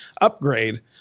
upgrade